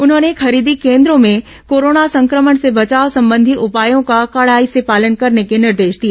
उन्होंने खरीदी केन्द्रों में कोरोना संक्रमण से बचाव संबंधी उपायों का कड़ाई से पालन करने के निर्देश दिए